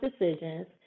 decisions